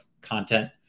content